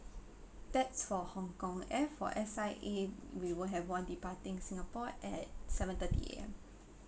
that's for hong-kong air for S_I_A we will have one departing singapore at seven thirty A_M